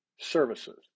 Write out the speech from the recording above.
services